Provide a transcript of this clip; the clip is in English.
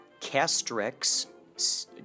Castrex